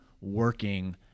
working